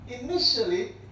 initially